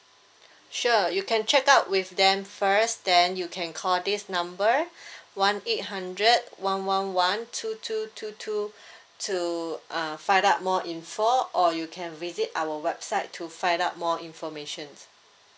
sure you can check out with them first then you can call this number one eight hundred one one one two two two two to uh find out more info or you can visit our website to find out more information